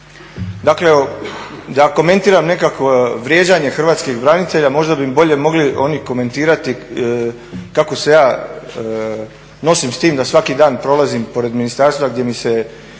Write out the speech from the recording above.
da komentiram nekakvo vrijeđanje hrvatskih branitelja možda bi bolje mogli oni komentirati kako se ja nosim s time da svaki dan prolazim pored Ministarstva gdje mi se